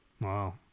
wow